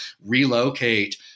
relocate